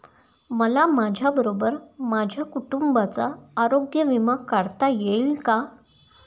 मला माझ्याबरोबर माझ्या कुटुंबाचा आरोग्य विमा काढता येईल का?